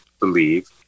believe